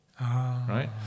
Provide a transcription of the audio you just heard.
right